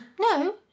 No